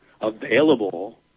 available